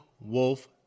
Wolf